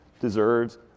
deserves